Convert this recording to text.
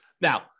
Now